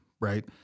Right